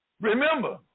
Remember